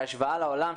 בהשוואה לעולם,